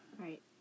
Right